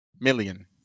Million